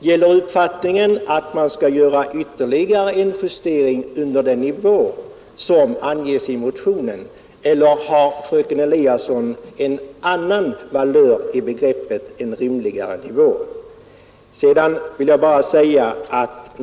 Gäller uppfattningen att man skall göra ytterligare en justering under den nivå som anges i motionen, eller har fröken Eliasson en annan valör på begreppet ”en rimligare nivå”?